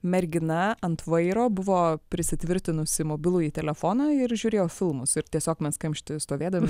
mergina ant vairo buvo prisitvirtinusi mobilųjį telefoną ir žiūrėjo filmus ir tiesiog mes kamšty stovėdami